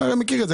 אני מכיר את זה.